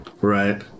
right